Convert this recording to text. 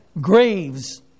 graves